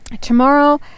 tomorrow